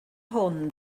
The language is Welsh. hwn